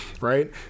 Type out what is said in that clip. right